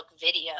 video